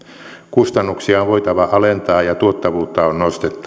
kustannuksia on voitava alentaa ja tuottavuutta on nostettava